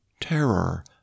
terror